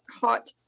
Hot